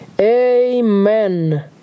Amen